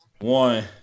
One